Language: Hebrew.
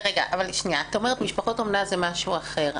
את אומרת שמשפחות אומנה זה משהו אחר.